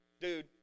dude